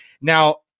Now